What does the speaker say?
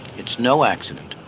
it's no accident.